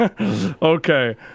Okay